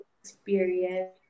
experience